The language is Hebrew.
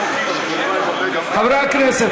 חברי הכנסת,